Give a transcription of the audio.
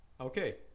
okay